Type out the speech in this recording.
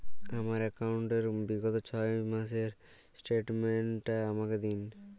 আমার অ্যাকাউন্ট র বিগত ছয় মাসের স্টেটমেন্ট টা আমাকে দিন?